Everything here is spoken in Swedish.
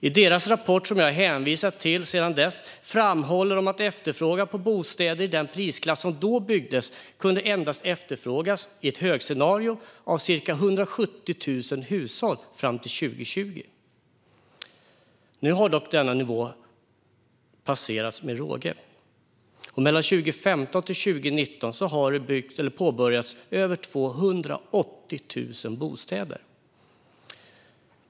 I deras rapport, som jag hänvisat till sedan dess, framhåller de att bostäder i den prisklass som då byggdes endast kunde efterfrågas av ca 170 000 hushåll fram till 2020 i ett högscenario. Nu har dock denna nivå passerats med råge. Mellan 2015 och 2019 har det påbörjats över 280 000 bostäder.